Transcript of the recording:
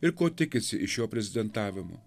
ir ko tikisi iš jo prezidentavimo